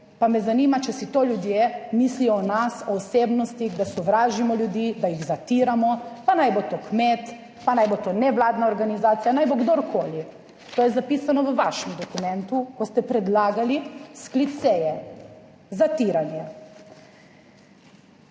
pa me zanima, če si to ljudje mislijo o nas, o osebnostih, da sovražimo ljudi, da jih zatiramo, pa naj bo to kmet, pa naj bo to nevladna organizacija, naj bo kdorkoli, to je zapisano v vašem dokumentu, ko ste predlagali sklic seje, zatiranje.